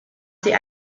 sie